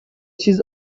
چیز